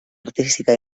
artística